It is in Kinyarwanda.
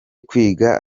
kwiga